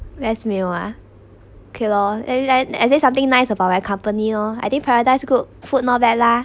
best meal ah okay loh then then I say something nice about our company lor I think Paradise Group food not bad lah